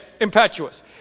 Impetuous